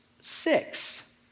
six